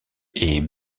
est